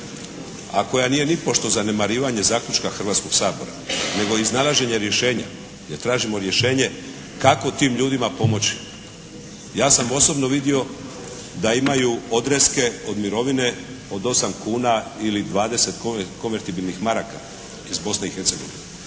koja nije nipošto zanemarivanje zaključka Hrvatskog sabora nego iznalaženje rješenja jer tražimo rješenje kako tim ljudima pomoći. Ja sam osobno vidio da imaju odreske mirovine od 8 kuna ili 20 konvertibilnih maraka iz Bosne i Hercegovine.